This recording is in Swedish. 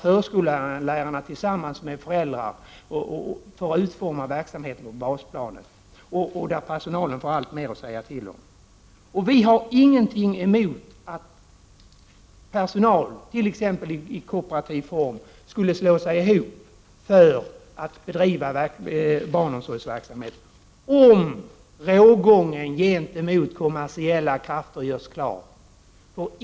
Förskolelärarna får tillsammans med föräldrarna utforma verksamheten på basplanet. Personalen får alltmer att säga till om. Vi har ingenting emot att personal, t.ex. i kooperativ form, slår sig ihop för att bedriva barnomsorgsverksamhet, om rågången gentemot kommersiella krafter görs klar.